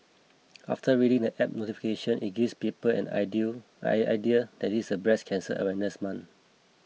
after reading the app notification it gives people an ideal idea that this is the breast cancer awareness month